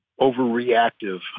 overreactive